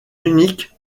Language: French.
unique